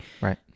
Right